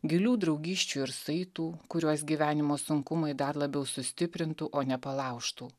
gilių draugysčių ir saitų kuriuos gyvenimo sunkumai dar labiau sustiprintų o ne palaužtų